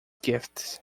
gifts